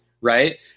Right